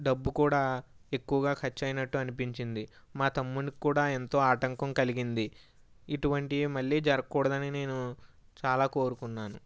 డబ్బు కూడా ఎక్కువగా ఖర్చయినట్టు అనిపించింది మా తమ్మునికి కూడా ఎంతో ఆటంకం కలిగింది ఇటువంటివి మళ్ళీ జరగకూడదని నేను చాలా కోరుకున్నాను